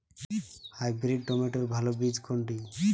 Hybrid টমেটোর ভালো বীজ কোনটি?